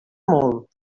molt